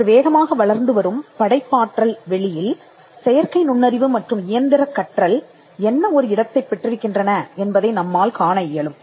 இன்று வேகமாக வளர்ந்து வரும் படைப்பாற்றல் வெளியில் செயற்கை நுண்ணறிவு மற்றும் இயந்திரக் கற்றல் என்ன ஒரு இடத்தைப் பெற்றிருக்கின்றன என்பதை நம்மால் காண இயலும்